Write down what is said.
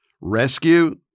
Rescue